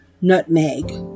nutmeg